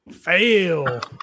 Fail